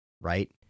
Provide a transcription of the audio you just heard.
right